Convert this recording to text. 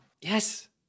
Yes